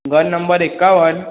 ઘર નંબર એકાવન